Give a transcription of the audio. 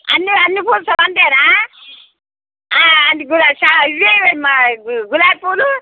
అన్నీ అన్నీ పూలు చామంతా అది కూడా ఇవి గులాబీ పూలు